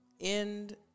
end